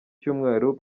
cyumweru